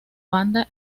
banda